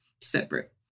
separate